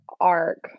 arc